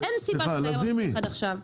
אין סיבה שזה לא יימשך עד עכשיו.